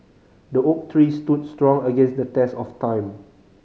the oak tree stood strong against the test of time